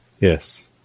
yes